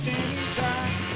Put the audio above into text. anytime